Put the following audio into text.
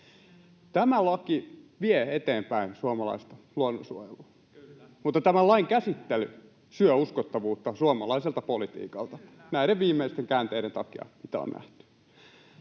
Tämä laki vie eteenpäin suomalaista luonnonsuojelua, [Keskustan ryhmästä: Kyllä!] mutta tämän lain käsittely syö uskottavuutta suomalaiselta politiikalta näiden viimeisten käänteiden, mitä on nähty,